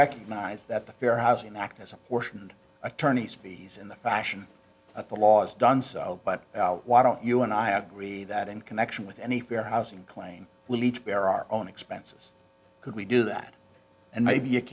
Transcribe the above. recognize that the fair housing act as a portion attorney's fees in the fashion that the law is done so but why don't you and i agree that in connection with any fair housing claim leach where our own expenses could we do that and maybe